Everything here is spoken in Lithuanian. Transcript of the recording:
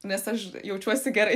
nes aš jaučiuosi gerai